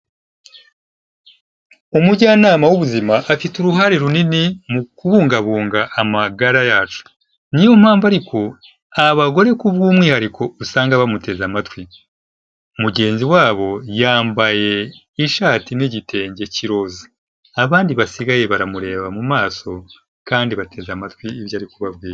Umujyanama w'ubuzima afite uruhare runini mu kubungabunga amagara yacu. Ni yo mpamvu ariko abagore kubw'umwihariko usanga bamuteze amatwi. Mugenzi wabo yambaye ishati n'igitenge cy'iroza. Abandi basigaye baramureba mu maso kandi bateze amatwi ibyo ari kubabwira.